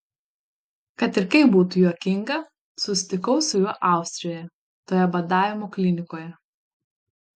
kad ir kaip būtų juokinga susitikau su juo austrijoje toje badavimo klinikoje